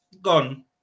gone